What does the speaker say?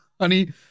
Honey